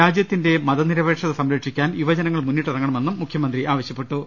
രാജ്യ ത്തിന്റെ മതനിരപേക്ഷത സംരക്ഷിക്കാൻ യുവജനങ്ങൾ മുന്നിട്ടിറങ്ങ ണമെന്നും മുഖ്യമന്ത്രി ആവശ്യപ്പെട്ടു